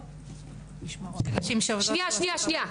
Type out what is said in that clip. --- שנייה, שנייה.